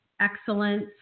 excellence